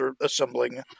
assembling